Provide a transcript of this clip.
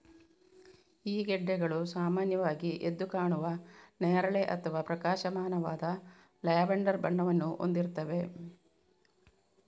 ಈ ಗೆಡ್ಡೆಗಳು ಸಾಮಾನ್ಯವಾಗಿ ಎದ್ದು ಕಾಣುವ ನೇರಳೆ ಅಥವಾ ಪ್ರಕಾಶಮಾನವಾದ ಲ್ಯಾವೆಂಡರ್ ಬಣ್ಣವನ್ನು ಹೊಂದಿರ್ತವೆ